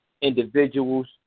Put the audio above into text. individuals